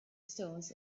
stones